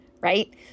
right